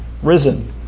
risen